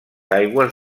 aigües